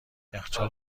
یخچال